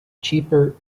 cheaper